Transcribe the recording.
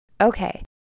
Okay